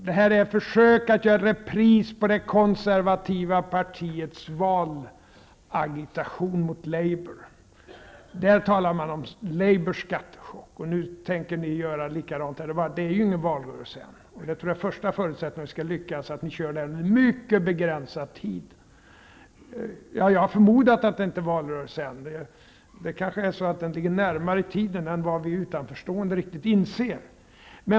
Det här är ett försök att göra en repris på det konservativa partiets valagitation mot Labour. De konservativa talade om Labours skattechock, och nu tänker ni göra likadant. Men det är ju ingen valrörelse än. Jag tror att den första förutsättningen för att en sådan agitation skall lyckas är att man kör den under mycket begränsad tid. Ja, jag har förmodat att det inte är valrörelse än -- men den kanske ligger närmare i tiden än vad vi utanförstående riktigt inser?